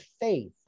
faith